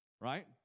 Right